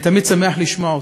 אני תמיד שמח לשמוע אותך,